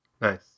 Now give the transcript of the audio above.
Nice